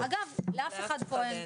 אגב, לאף אחד פה אין.